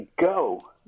go